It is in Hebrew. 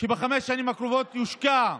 שבחמש השנים הקרובות יושקעו